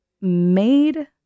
made